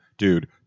Dude